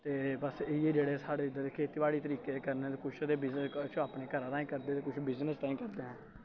ते बस इ'यै जेह्ड़े साढ़े इद्धर खेतीबाड़ी तरीके दे कन्नै ते कुछ ते अपने घर ताईं करदे ते कुछ बिजनेस ताईं करदे ऐ